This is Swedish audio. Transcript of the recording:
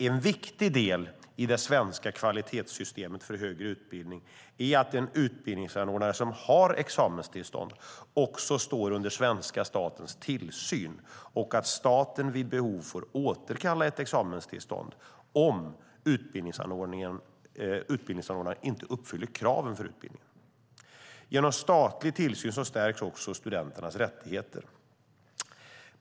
En viktig del i det svenska kvalitetssystemet för högre utbildning är att en utbildningsanordnare som har examenstillstånd står under svenska statens tillsyn och att staten vid behov får återkalla ett examenstillstånd om utbildningsanordnaren inte uppfyller kraven för utbildningen. Genom statlig tillsyn stärks också studenternas rättigheter.